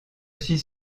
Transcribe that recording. suis